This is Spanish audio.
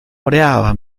oreaba